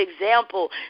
example